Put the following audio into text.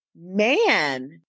man